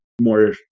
more